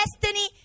Destiny